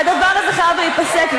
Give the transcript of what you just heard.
והדבר הזה חייב להיפסק,